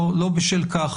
לא בשל כך